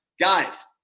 guys